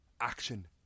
Action